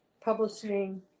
Publishing